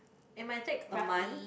it might take a month